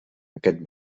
aquest